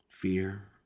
fear